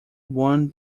won